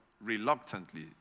reluctantly